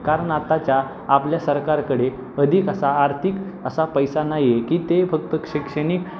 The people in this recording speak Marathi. कारण आताच्या आपल्या सरकारकडे अधिक असा आर्थिक असा पैसा नाही आहे की ते फक्त शैक्षणिक